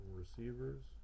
receivers